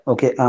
Okay